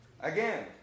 Again